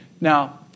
Now